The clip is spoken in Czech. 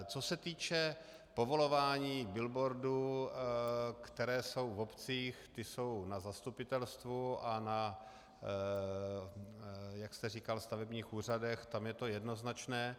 Co se týče povolování billboardů, které jsou v obcích, ty jsou na zastupitelstvu a na, jak jste říkal, stavebních úřadech, tam je to jednoznačné.